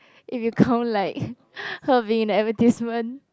if you count like her being in the advertisement